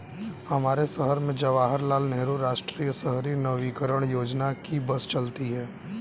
हमारे शहर में जवाहर लाल नेहरू राष्ट्रीय शहरी नवीकरण योजना की बस चलती है